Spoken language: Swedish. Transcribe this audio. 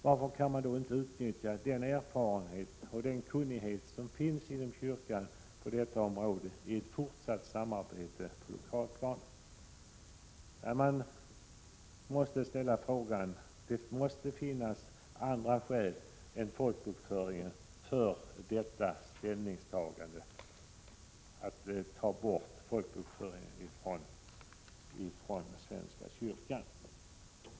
Varför kunde man inte utnyttja den erfarenhet och kunnighet som finns inom kyrkan på detta område i ett fortsatt samarbete på lokalplanet? Nej, det måste finnas andra skäl än folkbokföringen för detta ställningstagande att ta bort folkbokföringen från svenska kyrkan.